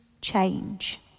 change